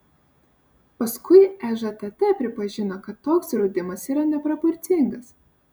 paskui ežtt pripažino kad toks draudimas yra neproporcingas